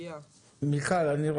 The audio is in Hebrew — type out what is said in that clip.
מיכל לוי,